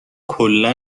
کلا